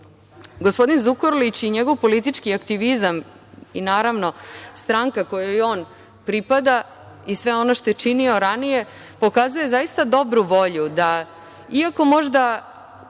Gospodin Zukorlić i njegov politički aktivizam i, naravno, stranka kojoj on pripada i sve ono što je činio ranije, pokazuju zaista dobru volju da, iako možda